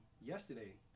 yesterday